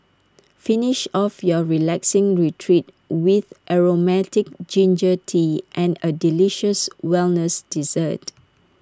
finish off your relaxing retreat with Aromatic Ginger Tea and A delicious wellness dessert